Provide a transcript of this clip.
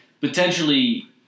Potentially